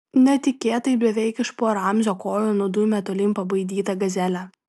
netikėtai beveik iš po ramzio kojų nudūmė tolyn pabaidyta gazelė